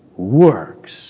works